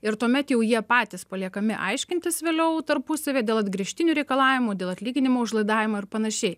ir tuomet jau jie patys paliekami aiškintis vėliau tarpusavyje dėl atgręžtinių reikalavimų dėl atlyginimų už laidavimą ir panašiai